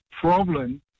problem